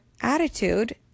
attitude